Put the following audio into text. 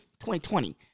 2020